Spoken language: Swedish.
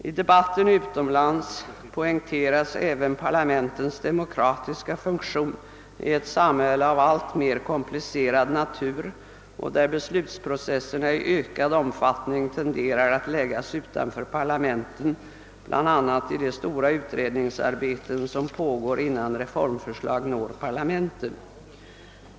I debatten utomlands poängteras även parlamentens demokratiska funktion i ett samhälle av alltmer komplicerad natur där beslutsprocesserna i ökad omfattning tenderar att läggas utanför parlamenten, bl.a. i de stora utredningsarbeten som pågår innan reformförslag når parlamenten.